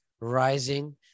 rising